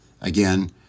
Again